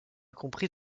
compris